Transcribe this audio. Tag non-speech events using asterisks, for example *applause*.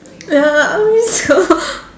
ya I miss *laughs*